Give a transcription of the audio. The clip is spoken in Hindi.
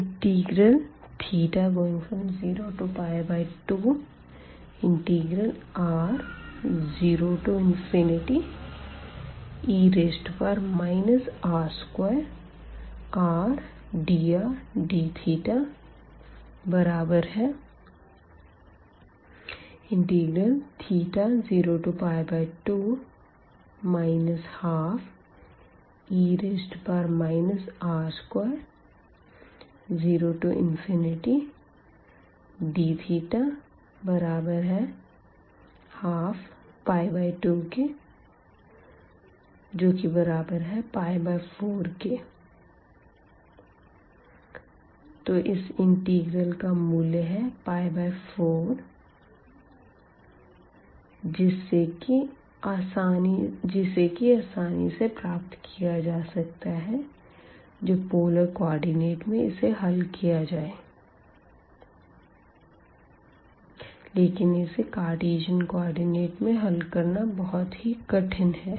θ02r0e r2r dr dθθ02 12e r20dθ1224 तो इस इंटीग्रल का मूल्य है 4 जिसे की आसानी से प्राप्त किया जा सकता है जब पोलर कोऑर्डिनेट में इसे हल किया जाए लेकिन इसे कार्टीजन कोऑर्डिनेट में हल करना बहुत ही कठिन है